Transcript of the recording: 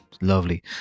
lovely